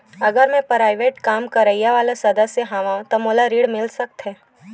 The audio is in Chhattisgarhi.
अगर मैं प्राइवेट काम करइया वाला सदस्य हावव का मोला ऋण मिल सकथे?